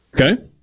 Okay